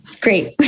great